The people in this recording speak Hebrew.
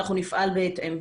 נפעל בהתאם.